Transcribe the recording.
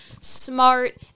smart